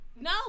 No